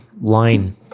line